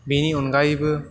बेनि अनगायैबो